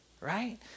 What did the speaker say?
right